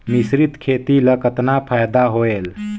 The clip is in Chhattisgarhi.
मिश्रीत खेती ल कतना फायदा होयल?